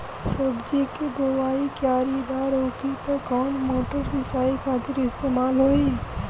सब्जी के बोवाई क्यारी दार होखि त कवन मोटर सिंचाई खातिर इस्तेमाल होई?